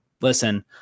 listen